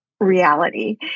reality